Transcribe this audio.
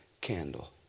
candle